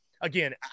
again